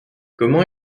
comment